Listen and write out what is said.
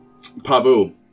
Pavu